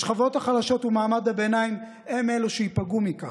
השכבות החלשות ומעמד הביניים הם אלו שייפגעו מכך,